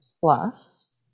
plus